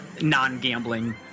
non-gambling